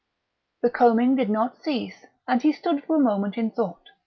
the combing did not cease, and he stood for a moment in thought.